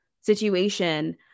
situation